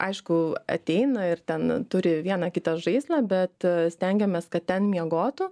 aišku ateina ir ten turi vieną kitą žaislą bet stengiamės kad ten miegotų